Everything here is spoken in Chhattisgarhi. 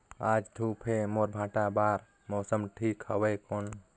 आज धूप हे मोर भांटा बार मौसम ठीक हवय कौन?